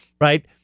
right